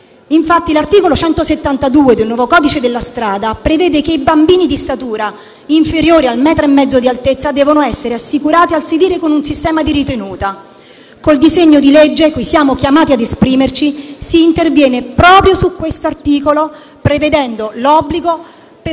deputati. L'articolo 172 del nuovo codice della strada prevede che i bambini di statura inferiore al metro e mezzo devono essere assicurati al sedile con un sistema di ritenuta. Col disegno di legge su cui siamo chiamati a esprimerci, si interviene proprio su questo articolo, prevedendo l'obbligo per